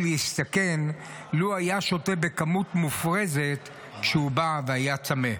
להסתכן לו היה שותה כמות מופרזת כשהוא בא והיה צמא.